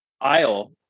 aisle